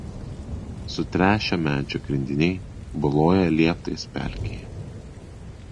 sutręšę medžio grindiniai boluoja lieptais pelkėje